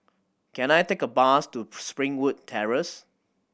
can I take a bus to Springwood Terrace